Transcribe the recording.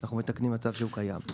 אנחנו מתקנים מצב שהוא קיים.